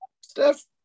Steph